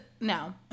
No